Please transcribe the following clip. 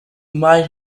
might